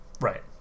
Right